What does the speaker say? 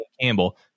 Campbell